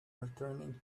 returning